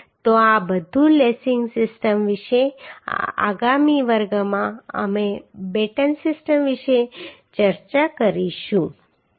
તો આ બધું લેસિંગ સિસ્ટમ વિશે છે આગામી વર્ગમાં અમે બેટન સિસ્ટમ વિશે ચર્ચા કરીશું આભાર